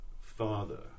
father